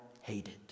hated